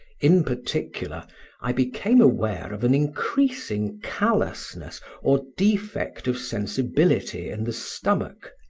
in particular i became aware of an increasing callousness or defect of sensibility in the stomach,